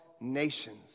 nations